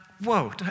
whoa